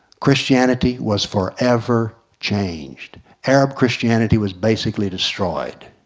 christianity was for ever changed. arab christianity was basically destroyed.